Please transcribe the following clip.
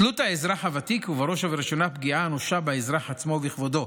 תלות האזרח הוותיק היא בראש ובראשונה פגיעה אנושה באזרח עצמו ובכבודו,